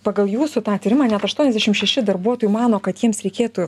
pagal jūsų tą tyrimą net aštuoniasdešim šeši darbuotojų mano kad jiems reikėtų